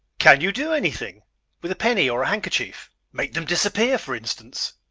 can you do anything with a penny or a handkerchief, make them disappear, for instance?